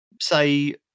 say